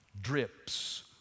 drips